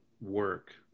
work